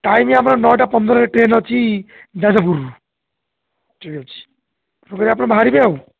time ଆମର ନଅଟା ପନ୍ଦରରେ ଟ୍ରେନ୍ ଅଛି ଯାଜପୁରରୁ ଠିକ୍ ଅଛି ମୁଁ କହିଲି ଆପଣ ବାହାରିବେ ଆଉ